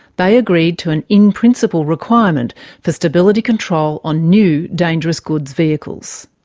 they agreed to an in-principle requirement for stability control on new dangerous goods vehicles.